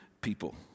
people